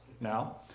now